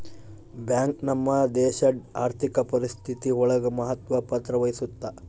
bank ನಮ್ ದೇಶಡ್ ಆರ್ಥಿಕ ಪರಿಸ್ಥಿತಿ ಒಳಗ ಮಹತ್ವ ಪತ್ರ ವಹಿಸುತ್ತಾ